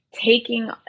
taking